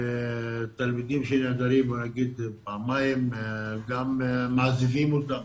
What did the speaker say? תלמידים שנעדרים פעמיים, גם מעזיבים אותם